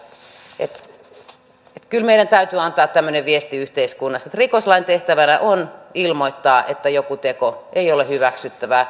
kyllä meidän täytyy antaa tämmöinen viesti yhteiskunnassa että rikoslain tehtävänä on ilmoittaa että joku teko ei ole hyväksyttävää